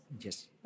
Yes